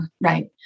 Right